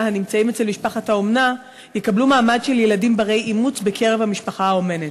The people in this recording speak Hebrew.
הנמצאים אצל משפחת אומנה יקבלו מעמד של ילדים בני-אימוץ במשפחה האומנת.